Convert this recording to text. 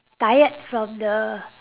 tired from the